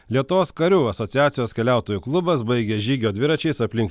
lietuvos karių asociacijos keliautojų klubas baigia žygio dviračiais aplink